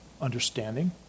understanding